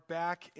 back